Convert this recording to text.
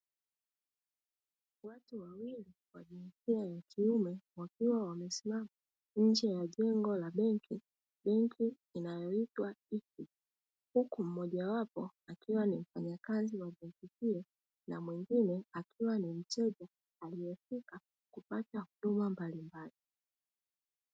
Watu wawili wenye jinsia ya kiume, wakiwa wamesimama nje ya jengo la benki, benki inayoitwa "Equity", huku mmojawapo akiwa ni mfanyakazi wa benki hiyo na mwingine akiwa ni mteja aliyefika kupata huduma mbalimbali.